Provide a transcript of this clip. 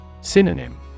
Synonym